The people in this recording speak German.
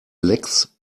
lecks